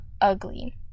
ugly